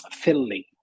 fiddly